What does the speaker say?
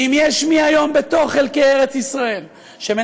ואם יש מי היום בתוך חלקי ארץ ישראל שמנסה